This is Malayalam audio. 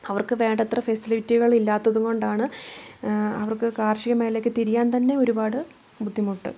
അവർക്ക് വേണ്ടത്ര ഫെസിലിറ്റികൾ ഇല്ലാത്തതുകൊണ്ടാണ് അവർക്ക് കാർഷിക മേഖലയിലേയ്ക്ക് തിരിയാൻ തന്നെ ഒരുപാട് ബുദ്ധിമുട്ട്